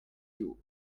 view